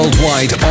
Worldwide